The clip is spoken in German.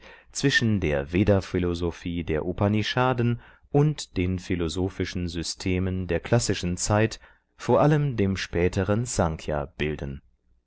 zwischen der vedaphilosophie der upanishaden und den philosophischen systemen der klassischen zeit vor allem dem späteren snkhya bilden